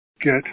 get